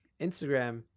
Instagram